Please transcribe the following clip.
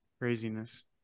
craziness